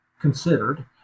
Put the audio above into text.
considered